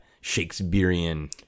Shakespearean